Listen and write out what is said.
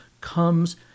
comes